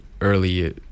early